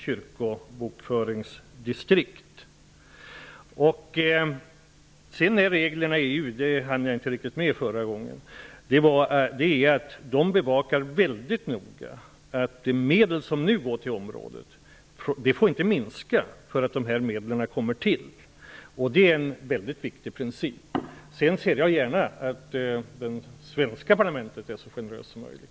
Jag hann inte riktigt med att tala om reglerna i EU i mitt tidigare inlägg. EU bevakar detta mycket noga. De medel som nu går till området får inte minska för att dessa medel kommer till. Det är en viktig princip. Jag ser gärna att det svenska parlamentet är så generöst som möjligt.